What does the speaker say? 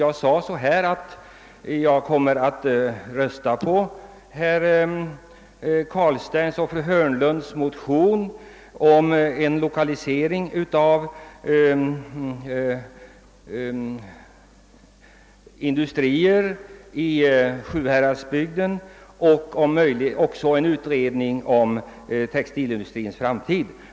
Jag sade att jag skulle komma att rösta för herr Carlsteins och fru Hörnlunds motion om en lokalisering av industrier i Sjuhäradsbygden och om en utredning om textilindustrins framtid.